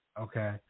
Okay